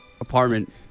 apartment